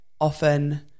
often